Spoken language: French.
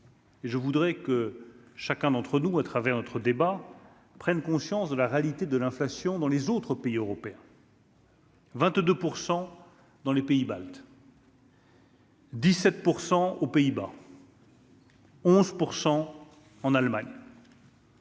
je voudrais que chacun d'entre nous à travers notre débat prenne conscience de la réalité de l'inflation dans les autres pays européens. 22 pour 100 dans les pays baltes. 17 pour 100 aux Pays-Bas. 11 pour 100 en Allemagne.